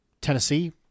Tennessee